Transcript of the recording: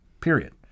period